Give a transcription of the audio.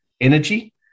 energy